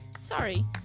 Sorry